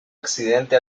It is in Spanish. accidente